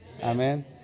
Amen